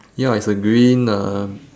ya it's a green um